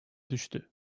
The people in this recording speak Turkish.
düştü